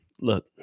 Look